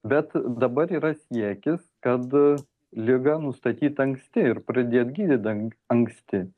bet dabar yra siekis kad ligą nustatyt anksti ir pradėt gydyt ang anksti